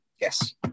yes